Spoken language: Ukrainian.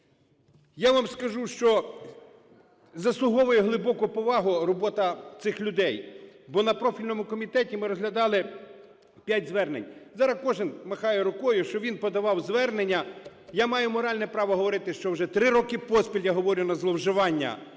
Я вам скажу, що заслуговує глибоку повагу робота цих людей, бо на профільному комітеті ми розглядали п'ять звернень. Зараз кожен махає рукою, що він подавав звернення. Я маю моральне право говорити, що вже три роки поспіль я говорю на зловживання